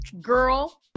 Girl